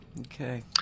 Okay